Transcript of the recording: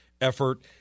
effort